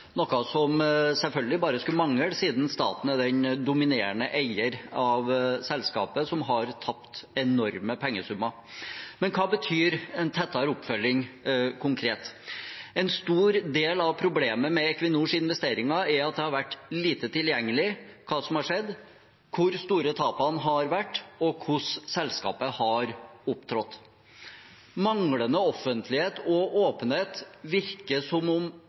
noe som selvfølgelig bare skulle mangle siden staten er den dominerende eieren av selskapet, som har tapt enorme pengesummer. Men hva betyr en tettere oppfølging konkret? En stor del av problemet med Equinors investeringer er at det som har skjedd, har vært lite tilgjengelig: hvor store tapene har vært, og hvordan selskapet har opptrådt. Manglende offentlighet og åpenhet virker